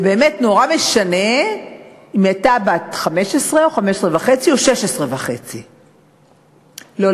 זה באמת נורא משנה אם היא הייתה בת 15 או 15.5 או 16.5. לא,